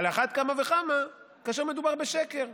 על אחת כמה וכמה כאשר מדובר בשקר,